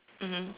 mmhmm